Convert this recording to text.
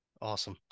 Awesome